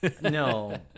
no